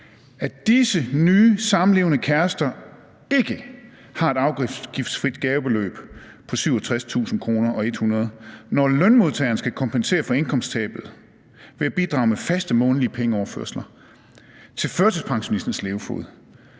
at disse nye samlevende kærester ikke har et afgiftsfrit gavebeløb på 67.100 kr., når lønmodtagere skal kompensere for indkomsttabet ved at bidrage med faste månedlige pengeoverførsler til førtidspensionistens levefod,